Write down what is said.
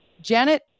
Janet